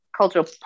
cultural